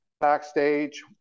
backstage